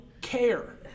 care